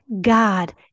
God